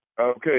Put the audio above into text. Okay